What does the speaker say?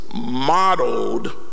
modeled